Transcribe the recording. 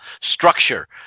structure